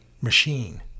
machine